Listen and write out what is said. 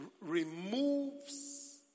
removes